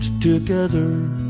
Together